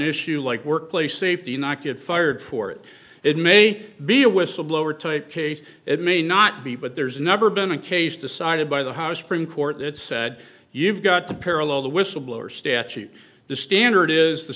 issue like workplace safety not get fired for it it may be a whistleblower type case it may not be but there's never been a case decided by the house spring court that said you've got to parallel the whistleblower statute the standard is the